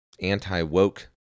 anti-woke